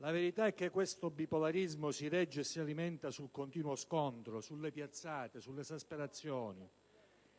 La verità è che questo bipolarismo si regge e si alimenta sul continuo scontro, sulle piazzate, sulle esasperazioni